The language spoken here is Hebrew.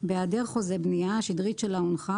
בהעדר חוזה בנייה - השדרית שלה הונחה,